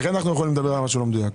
לכן אנחנו יכולים לדבר על מה שלא מדויק.